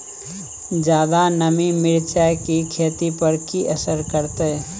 ज्यादा नमी मिर्चाय की खेती पर की असर करते?